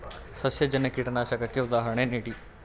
ಸಸ್ಯಜನ್ಯ ಕೀಟನಾಶಕಕ್ಕೆ ಉದಾಹರಣೆ ನೀಡಿ?